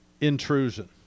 intrusion